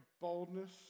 boldness